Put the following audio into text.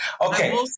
Okay